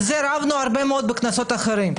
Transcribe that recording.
על זה רבנו הרבה מאוד בכנסות אחרות.